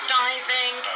diving